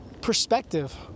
perspective